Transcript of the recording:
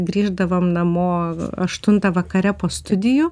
grįždavom namo aštuntą vakare po studijų